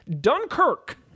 Dunkirk